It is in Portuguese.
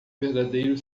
verdadeiro